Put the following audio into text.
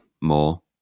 more